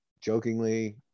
jokingly